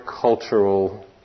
cultural